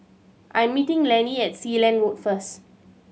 I'm meeting Lanny at Sealand Road first